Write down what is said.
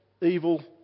evil